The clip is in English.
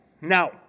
Now